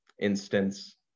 instance